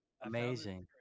amazing